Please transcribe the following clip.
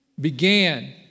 began